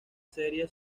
seria